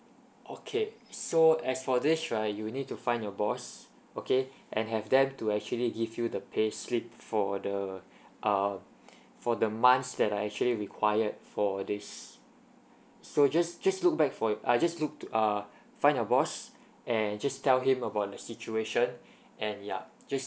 okay so as for this right you need to find your boss okay and have them to actually give you the payslip for the uh for the months that are actually required for this so just just look back for your uh just look uh find your boss and just tell him about the situation and yup just